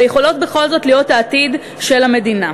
ויכולות בכל זאת להיות העתיד של המדינה.